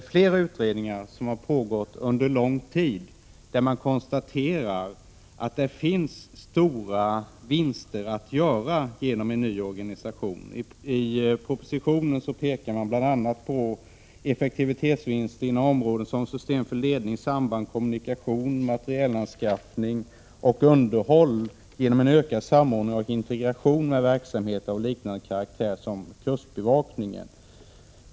I flera utredningar som har pågått under lång tid har konstaterats att det finns stora vinster att göra genom en ny organisation. I propositionen pekar man bl.a. på effektivitetsvinster inom områden som system för ledning, samband, kommunikation, materielanskaffning och underhåll genom en ökad samordning och integration genom verksamhet av liknande karaktär som kustbevakningens.